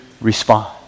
respond